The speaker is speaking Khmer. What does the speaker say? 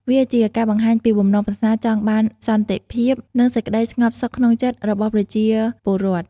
វាជាការបង្ហាញពីបំណងប្រាថ្នាចង់បានសន្តិភាព និងសេចក្តីស្ងប់សុខក្នុងចិត្តរបស់ប្រជាពលរដ្ឋ។